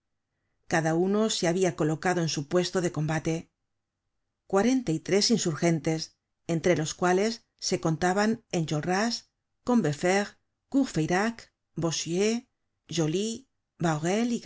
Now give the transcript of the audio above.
cada uno se habia colocado en su puesto de combate cuarenta y tres insurgentes entre los cuales se contaban enjolras combeferre courfeyrac bossuet joly